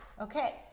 okay